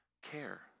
care